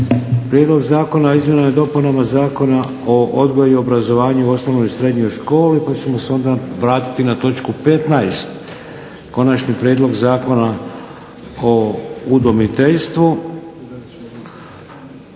Prijedlog Zakona o izmjenama i dopunama Zakona o odgoju i obrazovanju u osnovnoj i srednjoj školi pa ćemo se onda vratiti na točku 15. Konačni prijedlog Zakona o udomiteljstvu.